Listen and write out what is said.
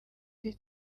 iri